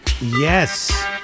Yes